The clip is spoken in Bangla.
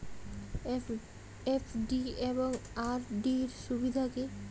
এফ.ডি এবং আর.ডি এর সুবিধা কী?